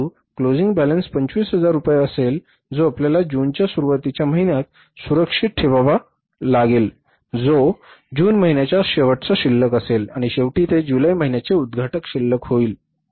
परंतु बंद होणारी शिल्लक 25000 रुपये असेल जो आपल्याला जूनच्या सुरूवातीच्या महिन्यात सुरक्षित ठेवावा लागेल जो जून महिन्याचा शेवटचा शिल्लक असेल आणि शेवटी ते जुलै महिन्याचे उद्घाटन शिल्लक होईल